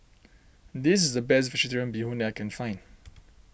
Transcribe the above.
this is the best Vegetarian Bee Hoon I can find